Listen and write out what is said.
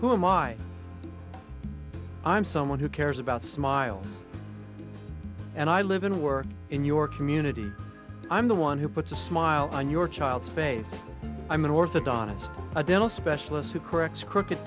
my i'm someone who cares about smiles and i live and work in your community i'm the one who puts a smile on your child's face i'm an orthodontist a dental specialist who corrects crooked